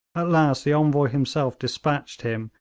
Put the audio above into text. at last the envoy himself despatched him,